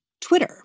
Twitter